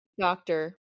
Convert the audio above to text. Doctor